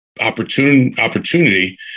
opportunity